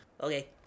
Okay